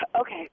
Okay